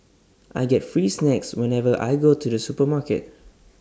I get free snacks whenever I go to the supermarket